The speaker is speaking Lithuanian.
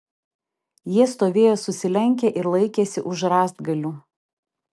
jie stovėjo susilenkę ir laikėsi už rąstgalių